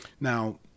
Now